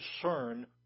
concern